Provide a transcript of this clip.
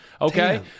Okay